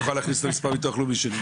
אוכל להכניס את מספר ביטוח לאומי שלי.